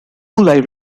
live